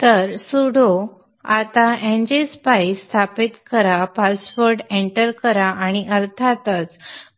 तर sudo संदर्भ वेळ 1812 आता ngSpice स्थापित करा पासवर्ड एंटर करा आणि अर्थातच